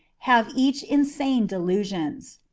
have each insane delusions.